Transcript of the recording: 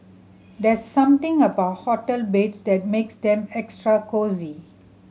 there's something about hotel beds that makes them extra cosy